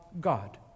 God